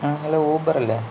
ആ ഹലോ ഊബറല്ലേ